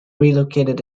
relocated